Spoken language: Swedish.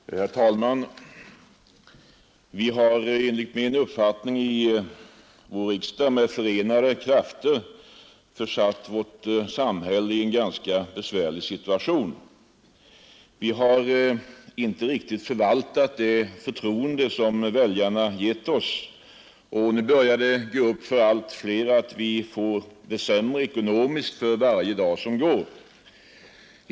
Herr talman! Vi har enligt min uppfattning i vår riksdag med förenade krafter försatt vårt samhälle i en ganska besvärlig situation. Vi har inte riktigt förvaltat det förtroende som väljarna gett oss och nu börjar det gå upp för allt fler att man börjar få det sämre ekonomiskt för varje dag som går.